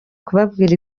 kubabwira